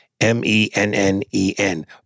M-E-N-N-E-N